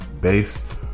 Based